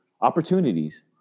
opportunities